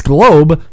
Globe